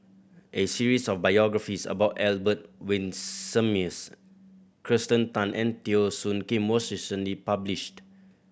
a series of biographies about Albert Winsemius Kirsten Tan and Teo Soon Kim was recently published